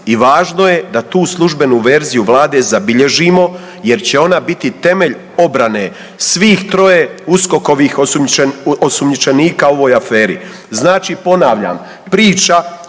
i važno je da tu službenu verziju vlade zabilježimo jer će ona biti temelj obrane svih troje USKOK-ovih osumnjičenika u ovoj aferi. Znači ponavljam, priča